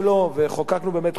וחוקקנו באמת חוקים,